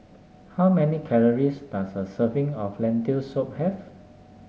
how many calories does a serving of Lentil Soup have